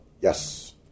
Yes